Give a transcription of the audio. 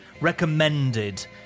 recommended